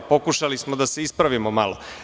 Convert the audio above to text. Pokušali smo da se ispravimo malo.